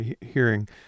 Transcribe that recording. hearing